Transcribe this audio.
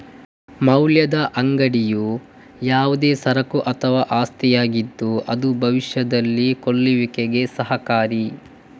ಮೌಲ್ಯದ ಅಂಗಡಿಯು ಯಾವುದೇ ಸರಕು ಅಥವಾ ಆಸ್ತಿಯಾಗಿದ್ದು ಅದು ಭವಿಷ್ಯದಲ್ಲಿ ಕೊಳ್ಳುವಿಕೆಗೆ ಸಹಕಾರಿ